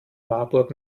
marburg